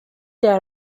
der